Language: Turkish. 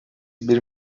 bir